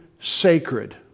sacred